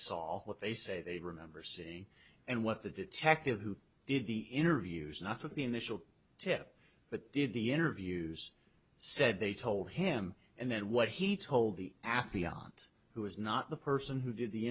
saw what they say they remember seeing and what the detective who did the interviews not took the initial tip but did the interviews said they told him and then what he told the athlete on who was not the person who did the